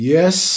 Yes